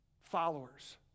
followers